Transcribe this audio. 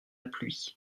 pluie